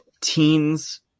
teens